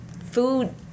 food